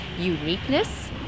uniqueness